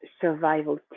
survival